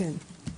כן.